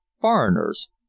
foreigners